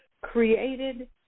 created